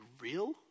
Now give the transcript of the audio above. real